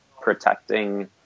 protecting